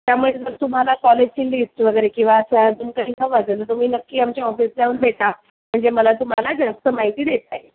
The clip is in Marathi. त्यामुळे जर तुम्हाला कॉलेजची लिस्ट वगैरे किंवा असं अजून काही हवं असेल तर तुम्ही नक्की आमच्या ऑफिसला येऊन भेटा म्हणजे मला तुम्हाला जास्त माहिती देता येईल